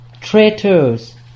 Traitors